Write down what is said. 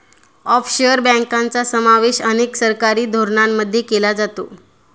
offshore बँकांचा समावेश अनेक सरकारी धोरणांमध्ये केला जातो